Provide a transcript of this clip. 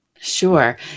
Sure